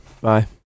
Bye